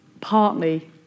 partly